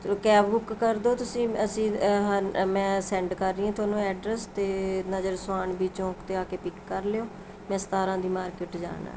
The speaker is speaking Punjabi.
ਕੈਬ ਬੁੱਕ ਕਰ ਦਿਉ ਤੁਸੀਂ ਅਸੀਂ ਮੈਂ ਸੈਂਡ ਕਰ ਰਹੀ ਤੁਹਾਨੂੰ ਐਡਰੈੱਸ ਅਤੇ ਨਜ਼ਰ ਸੁਹਾਨਵੀ ਚੌਂਕ 'ਤੇ ਆ ਕੇ ਪਿੱਕ ਕਰ ਲਉ ਮੈਂ ਸਤਾਰਾਂ ਦੀ ਮਾਰਕੀਟ ਜਾਣਾ